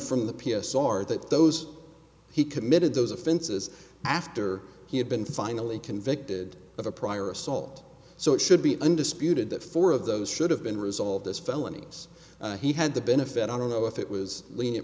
from the p s r that those he committed those offenses after he had been finally convicted of a prior assault so it should be undisputed that four of those should have been resolved this felonies he had the benefit i don't know if it was lenient